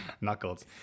Knuckles